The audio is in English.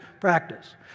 practice